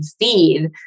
feed